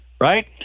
right